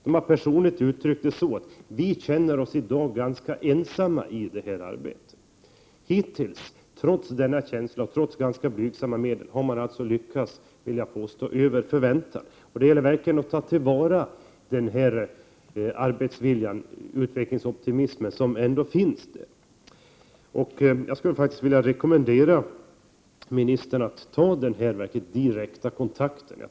Man har uttryckt sig på följande sätt: Vi känner oss i dag ganska ensamma i fråga om detta arbete. Men trots denna känsla och trots ganska blygsamma medel har man hittills lyckats över förväntan. Det gäller därför att verkligen ta till vara den arbetsvilja och den utvecklingsoptimism som människorna visar på dessa orter. Jag skulle faktiskt vilja rekommendera arbetsmarknadsministern att ta den här direkta kontakten.